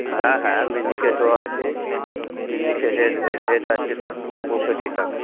হ্যাঁ হ্যাঁ মিনিকেটও আছে মিনিকেটের রেট আছে পঁয়ষট্টি টাকা